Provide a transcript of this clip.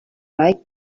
lake